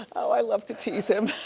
i love to tease him.